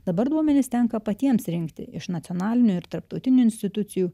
dabar duomenis tenka patiems rinkti iš nacionalinių ir tarptautinių institucijų